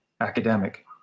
academic